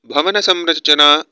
भवनसंरचना